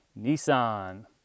Nissan